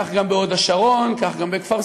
כך גם בהוד-השרון, כך גם בכפר-סבא.